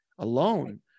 Alone